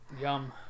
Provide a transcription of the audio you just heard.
Yum